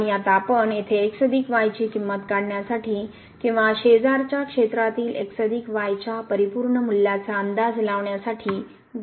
आणि आता आपण येथे x y ची किंमत काढण्यासाठी किंवा शेजारच्या क्षेत्रातील x y च्या परिपूर्ण मूल्याचा अंदाज लावण्यासाठी गणना करू